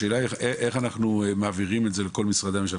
השאלה היא איך אנחנו מעבירים את זה לכל משרדי הממשלה?